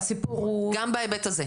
גם בהיבט הזה.